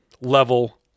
level